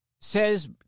says